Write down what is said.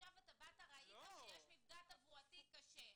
עכשיו אתה בא ורואה שיש מפגע תברואתי קשה.